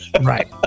Right